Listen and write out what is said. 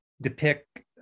depict